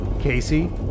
Casey